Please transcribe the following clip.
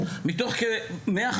והן בכך